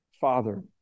Father